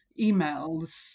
emails